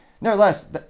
nevertheless